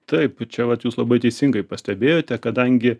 taip čia vat jūs labai teisingai pastebėjote kadangi